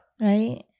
Right